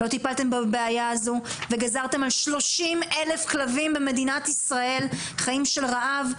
לא טיפלתם בבעיה הזו וגזרתם על 30 אלף כלבים במדינת ישראל חיים של רעב,